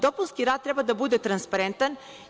Dopunski rad treba da bude transparentan.